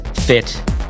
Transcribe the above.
fit